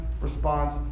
response